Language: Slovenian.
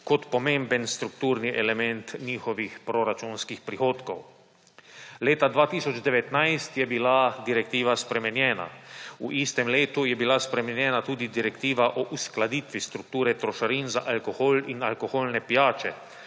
kot pomemben strukturni element njihovih proračunskih prihodkov. Leta 2019 je bila direktiva spremenjena. V istem letu je bila spremenjena tudi direktiva o uskladitvi strukture trošarin za alkohol in alkoholne pijače,